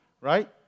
Right